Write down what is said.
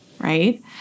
right